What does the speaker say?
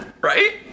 right